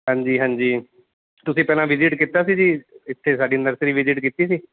ਹਾਂਜੀ ਹਾਂਜੀ ਤੁਸੀਂ ਪਹਿਲਾਂ ਵਿਜਿਟ ਕੀਤਾ ਸੀ ਜੀ ਇੱਥੇ ਸਾਡੀ ਨਰਸਰੀ ਵਿਜਿਟ ਕੀਤੀ ਸੀ